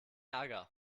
ärger